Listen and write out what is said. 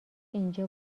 اینجا